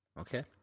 Okay